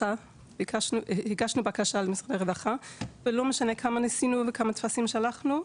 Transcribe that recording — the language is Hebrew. הגשנו בקשה למשרד הרווחה ולא משנה כמה ניסינו וכמה טפסים שלחנו,